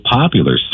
popular